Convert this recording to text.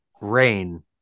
rain